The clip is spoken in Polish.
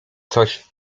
coś